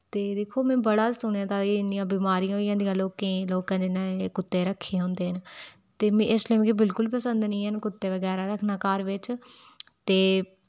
दिक्खो में बड़ा सुनेदा ऐ इन्नीयां बमारियां होई जंदियां लोके गी लोकै जियां कुत्ते रखे दे होंदे न ते इस ले मिगी बिल्कुल पसंद नेईं ऐ कुत्ते वगैरा रखना घर बिच ते